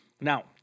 Now